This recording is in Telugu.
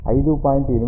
కాబట్టి 5